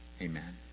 amen